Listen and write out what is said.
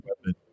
weapon